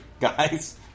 guys